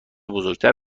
بزرگتر